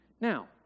Now